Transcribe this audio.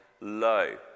low